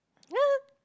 ya